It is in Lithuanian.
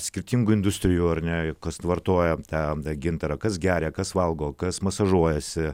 skirtingų industrijų ar ne kas vartoja tą gintarą kas geria kas valgo kas masažuojasi